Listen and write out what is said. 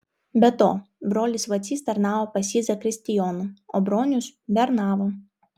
be to brolis vacys tarnavo pas jį zakristijonu o bronius bernavo